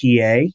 pa